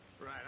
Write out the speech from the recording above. Right